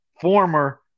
former